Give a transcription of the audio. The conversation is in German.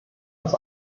das